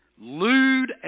Lewd